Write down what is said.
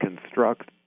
construct